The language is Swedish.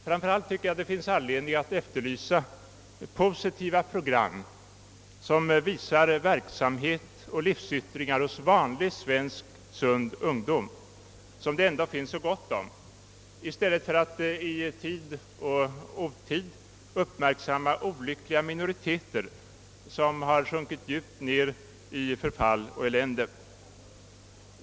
Framför allt finns det anledning att efterlysa positiva program om verksamhet och livsyttringar hos vanlig, sund svensk ungdom, som det ändå finns så gott om, i stället för att man i tid och otid uppmärksammar olyckliga minoriteter, som har sjunkit djupt ned i förfall och elände.